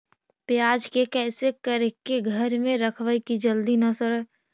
प्याज के कैसे करके घर में रखबै कि जल्दी न सड़ै?